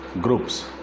groups